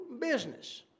business